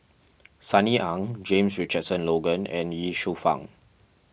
Sunny Ang James Richardson Logan and Ye Shufang